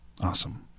Awesome